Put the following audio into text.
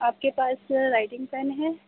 آپ کے پاس رائٹنگ پین ہے